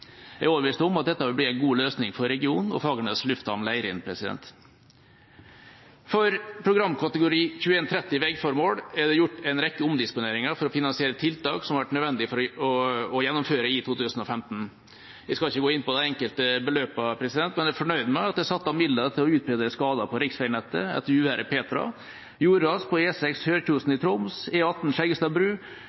Jeg er overbevist om at dette vil bli en god løsning for regionen og Fagernes lufthavn, Leirin. For programkategori 21.30 Vegformål er det gjort en rekke omdisponeringer for å finansiere tiltak som har vært nødvendig å gjennomføre i 2015. Jeg skal ikke gå inn på de enkelte beløpene, men er fornøyd med at det er satt av midler til å utbedre skader på riksveinettet etter uværet Petra, jordras på E6 Sørkjosen i Troms,